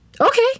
okay